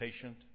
patient